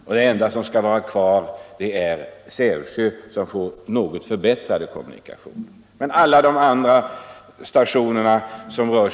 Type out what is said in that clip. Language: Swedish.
Den enda station som skall vara kvar är Sävsjö, som får något förbättrade kommunikationer. Alla de övriga åtta nio stationerna skall bort.